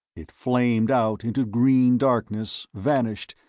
it flamed out into green darkness, vanished,